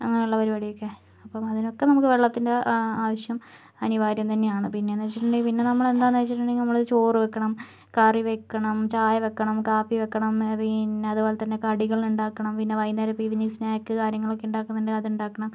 അങ്ങനെയുള്ള പരിപാടി ഒക്കെ അപ്പം അതിനൊക്കെ നമുക്ക് വെള്ളത്തിന്റെ ആവശ്യം അനിവാര്യം തന്നെയാണ് പിന്നേന്ന് വച്ചിട്ടുണ്ടെങ്കില് പിന്നെ നമ്മള് എന്താന്നു വെച്ചിട്ടുണ്ടെങ്കില് നമ്മള് ചോറ് വെക്കണം കറി വെക്കണം ചായ വെക്കണം കാപ്പി വെക്കണം പിന്നെ അതുപോലെ തന്നെ കടികള് ഒണ്ടാക്കണം പിന്നെ വൈകുന്നേരത്തെ ഇവനിംഗ് സ്നാക് കാര്യങ്ങള് ഒക്കെ ഉണ്ടാക്കുന്നുണ്ടേൽ അത് ഉണ്ടാക്കണം